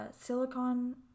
silicon